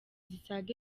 zisaga